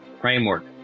framework